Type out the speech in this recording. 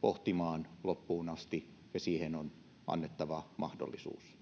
pohtimaan loppuun asti ja siihen on annettava mahdollisuus